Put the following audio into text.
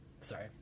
sorry